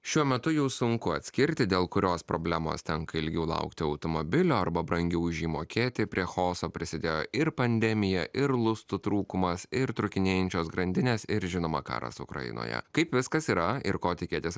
šiuo metu jau sunku atskirti dėl kurios problemos tenka ilgiau laukti automobilio arba brangiau už jį mokėti prie chaoso prisidėjo ir pandemija ir lustų trūkumas ir trūkinėjančios grandinės ir žinoma karas ukrainoje kaip viskas yra ir ko tikėtis